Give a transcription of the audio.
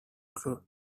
clue